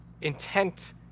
intent